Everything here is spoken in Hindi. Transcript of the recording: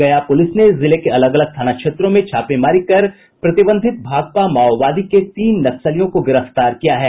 गया पुलिस ने जिले के अलग अलग थाना क्षेत्रों में छापेमारी कर प्रतिबंधित भाकपा माओवादी के तीन नक्सलियों को गिरफ्तार किया है